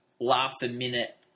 laugh-a-minute